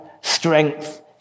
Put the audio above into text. strength